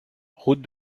route